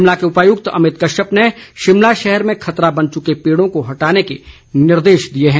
शिमला के उपायुक्त अमित कश्यप ने शिमला शहर में खतरा बन चुके पेड़ों को हटाने के निर्देश दिए हैं